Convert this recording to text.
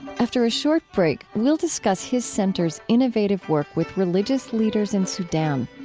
after a short break, we'll discuss his center's innovative work with religious leaders in sudan.